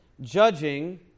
judging